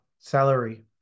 salary